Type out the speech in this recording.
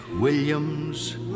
Williams